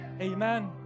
Amen